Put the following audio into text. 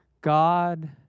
God